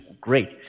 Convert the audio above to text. great